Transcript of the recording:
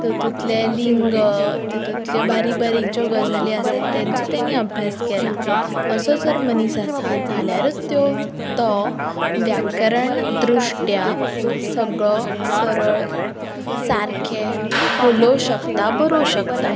तितुंतलें लिंग तितुंतले ज्यो बारीक बारीक गजाली आसात तांचो ताणी अभ्यास केला असो जर मनीस आसा जाल्यारूच त्यो तो व्याकरण दृश्ट्या सगळो सरळ सारकें उलोवंक शकता बरोवंक शकता